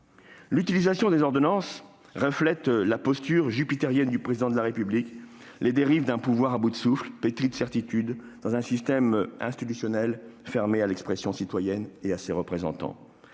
L'utilisation des ordonnances reflète la posture jupitérienne du Président de la République, les dérives d'un pouvoir à bout de souffle, pétri de certitudes, dans un système institutionnel fermé à l'expression citoyenne et à ses représentants.